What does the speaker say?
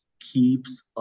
keeps